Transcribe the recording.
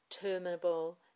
terminable